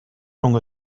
rhwng